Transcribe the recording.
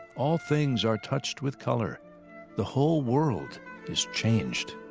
all things are touched with color the whole world is changed.